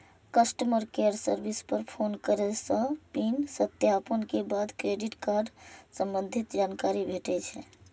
customer care service पर phone करै सं पिन सत्यापन के बाद क्रेडिट कार्ड संबंधी जानकारी भेटै छै